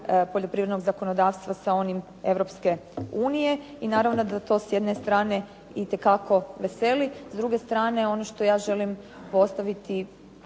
poljoprivrednog zakonodavstva sa onim Europske unije. I naravno da to s jedne strane itekako veseli. S druge strane, ono što ja želim postaviti